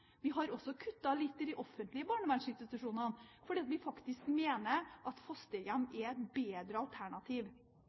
Vi har også kuttet litt i de offentlige barnevernsinstitusjonene, fordi vi faktisk mener at fosterhjem er et bedre alternativ.